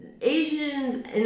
Asians